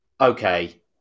Okay